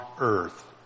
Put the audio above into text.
earth